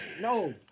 No